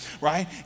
right